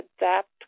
adapt